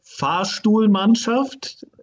Fahrstuhlmannschaft